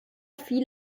viel